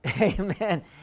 Amen